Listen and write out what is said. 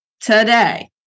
today